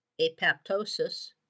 Apoptosis